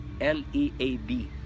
L-E-A-D